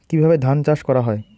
কিভাবে ধান চাষ করা হয়?